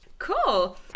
Cool